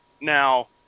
Now